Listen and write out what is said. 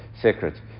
secret